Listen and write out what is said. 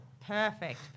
perfect